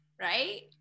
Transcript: right